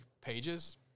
pages